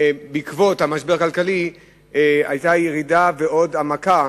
בעקבות המשבר הכלכלי, היתה ירידה ועוד העמקה